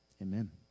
Amen